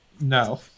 no